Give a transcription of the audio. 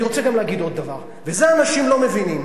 אני רוצה להגיד עוד דבר, וזה אנשים לא מבינים.